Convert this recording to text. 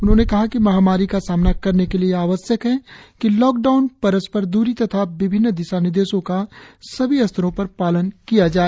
उन्होंने कहा कि महामारी का सामना करने के लिए यह आवश्यक है कि लॉकडाउन परस्पर दूरी तथा विभिन्न दिशा निर्देशों का सभी स्तरों पर पालन किया जाए